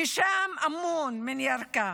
הישאם אמון מירכא,